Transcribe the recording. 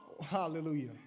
hallelujah